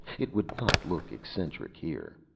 it would not look eccentric here.